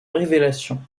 révélation